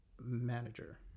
manager